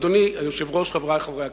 אדוני היושב-ראש, חברי חברי הכנסת,